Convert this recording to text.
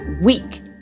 week